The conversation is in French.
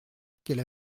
qu’elle